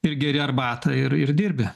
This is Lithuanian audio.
ir geri arbatą ir ir dirbi